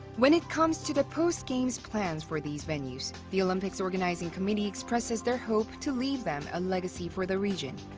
when it comes to the post-games plans for these venues, the olympics organizing committee expresses their hope to leave them as a legacy for the region.